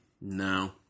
No